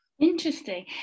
Interesting